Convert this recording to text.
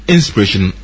Inspiration